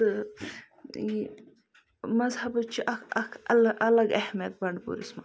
تہٕ یہِ مَذہَبٕچ چھِ اَکھ اَکھ اَلگ اہمیت بنٛڈپوٗرِس منٛز